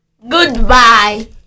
Goodbye